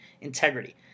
integrity